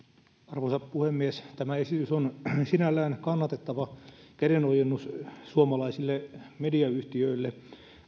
arvoisa puhemies tämä esitys on sinällään kannatettava käden ojennus suomalaisille mediayhtiöille